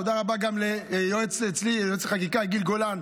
תודה רבה גם ליועץ אצלי, יועץ החקיקה, גיל גולן,